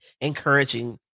encouraging